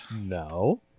No